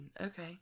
Okay